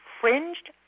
fringed